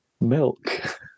Milk